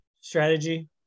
Strategy